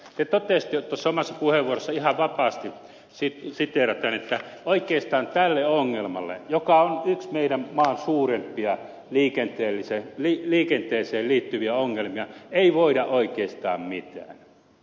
te totesitte jo omassa puheenvuorossanne ihan vapaasti siteeraten että oikeastaan tälle ongelmalle joka on yksi meidän maamme suurimpia liikenteeseen liittyviä ongelmia ei voida oikeastaan mitään